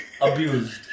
abused